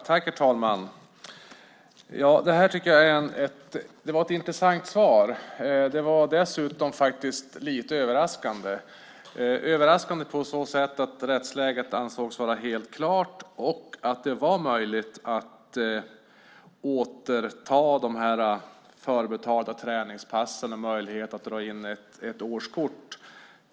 Herr talman! Det var ett intressant svar. Det var dessutom lite överraskande på så sätt att rättsläget anses vara helt klart och att det finns möjlighet att återta de förbetalade träningspassen och dra in årskort.